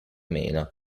meno